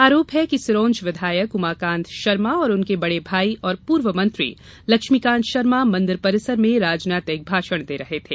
आरोप है कि सिरोंज विधायक उमाकांत शर्मा और उनके बड़े भाई और पूर्व मंत्री लक्ष्मीकांत शर्मा मन्दिर परिसर में राजनीतिक भाषण दे रहे थे